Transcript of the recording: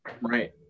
Right